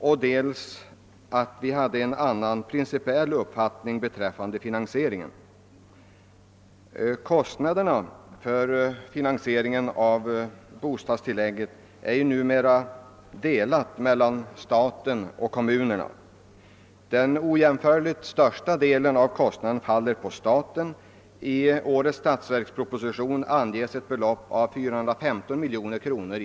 Vi hade vidare en annan principiell uppfattning beträffande finansieringen. Kostnaderna för finansieringen av bostadstilläggen är ju numera delade mellan staten och kommunerna. Den ojämförligt största delen av kostnaden faller på staten. I årets statsverksproposition föreslås ett förslagsanslag om 450 miljoner kronor.